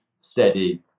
steady